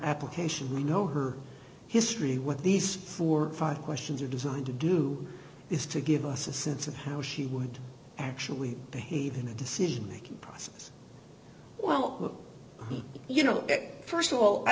application you know her history what these forty five questions are designed to do is to give us a sense of how she would actually behave in the decision making process well you know st of all i